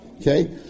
Okay